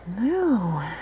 No